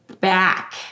back